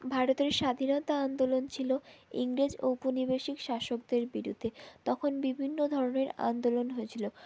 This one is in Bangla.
ভারতের স্বাধীনতা আন্দোলন ছিলো ইংরেজ ঔপনিবেশিক শাসকদের বিরুদ্ধে তখন বিভিন্ন ধরনের আন্দোলন হয়েছিলো